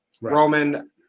Roman